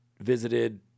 visited